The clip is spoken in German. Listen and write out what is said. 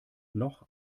noch